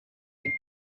night